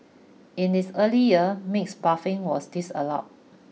in its earlier years mixed bathing was disallowed